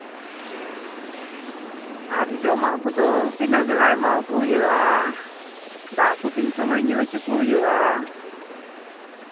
ᱦᱮᱸ ᱟᱨ ᱡᱚᱢᱟᱜ ᱠᱚᱫᱚ ᱛᱤᱱᱟᱹᱜ ᱵᱮᱞᱟ ᱮᱢᱟᱣᱟᱠᱚ ᱦᱩᱭᱩᱜᱼᱟ ᱫᱟᱜ ᱠᱚ ᱛᱤᱱ ᱥᱚᱢᱚᱭ ᱧᱩ ᱦᱚᱪᱚ ᱠᱚ ᱦᱩᱭᱩᱜᱼᱟ